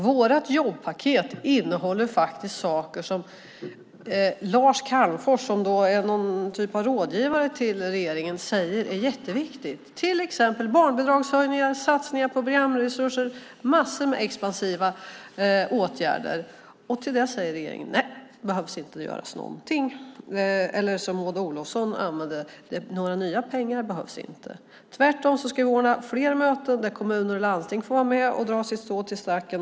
Vårt jobbpaket innehåller faktiskt en del saker som Lars Calmfors, någon typ av rådgivare till regeringen, säger är jätteviktiga, till exempel barnbidragshöjningar, satsningar på programresurser - massor med expansiva åtgärder. Till det säger regeringen att det inte behöver göras något. Maud Olofsson säger att det inte behövs några nya pengar. Tvärtom anser hon att fler möten ska ordnas där kommuner och landsting får vara med och dra sitt strå till stacken.